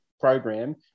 program